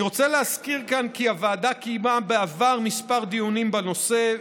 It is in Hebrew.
אני רוצה להזכיר כאן כי הוועדה קיימה בעבר כמה דיונים בנושא,